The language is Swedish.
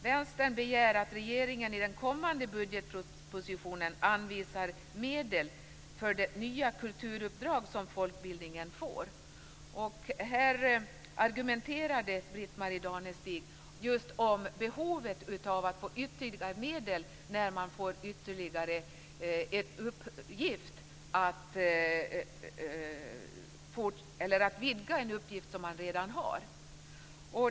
Vänstern begär att regeringen i kommande budgetproposition anvisar medel för det nya kulturuppdrag som folkbildningen får. Här argumenterade Britt-Marie Danestig just för behovet av ytterligare medel när man skall vidga en uppgift som man redan har.